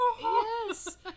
yes